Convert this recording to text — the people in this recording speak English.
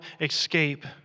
escape